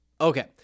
Okay